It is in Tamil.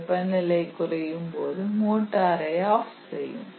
வெப்பநிலை குறையும்போது மோட்டாரை ஆப் செய்யும்